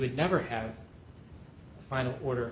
would never have a final order